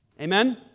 Amen